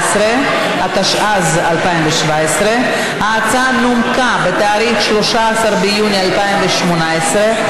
התשע"ז 2017. ההצעה נומקה בתאריך 13 ביוני 2018,